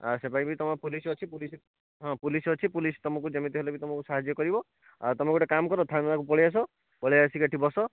ଆ ସେପାଖେ ବି ତୁମ ପୋଲିସ ଅଛି ପୋଲିସ ହଁ ପୋଲିସ ଅଛି ପୋଲିସ ଯେମିତି ହେଲେ ବି ତୁମକୁ ସାହାଯ୍ୟ କରିବ ଆ ତୁମେ ଗୋଟେ କାମ କର ଥାନା ପାଖକୁ ପଳାଇ ଆସ ପଳାଇ ଆସିକି ଏଠି ବସ